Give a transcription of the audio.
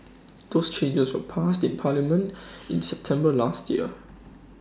those changes were passed in parliament in September last year